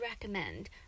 recommend